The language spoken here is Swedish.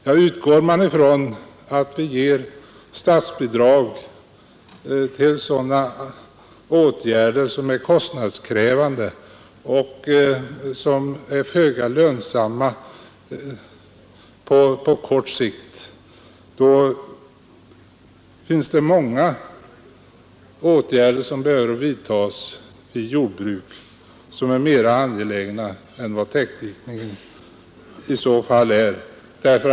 Jag utgår ifrån att statsbidrag skall lämnas för sådana åtgärder som är kostnadskrävande och föga lönsamma på kort sikt. Det finns många åtgärder som behöver vidtas på ett jordbruk vilka är mera angelägna än täckdikning.